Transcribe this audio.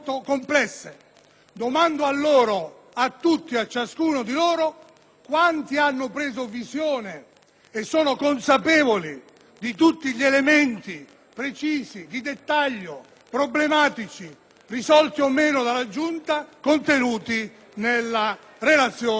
Domando a loro - a tutti e a ciascuno di loro - quanti hanno preso visione e sono consapevoli di tutti gli elementi precisi, di dettaglio, problematici, risolti o meno dalla Giunta delle elezioni, contenuti